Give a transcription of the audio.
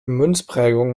münzprägung